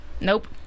nope